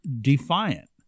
defiant